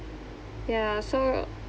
ya so